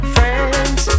Friends